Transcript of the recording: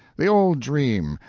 the old dream,